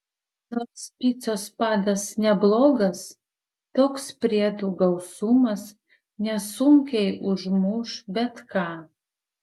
nors picos padas neblogas toks priedų gausumas nesunkiai užmuš bet ką